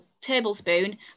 tablespoon